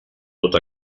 tots